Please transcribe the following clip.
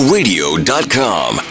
Radio.com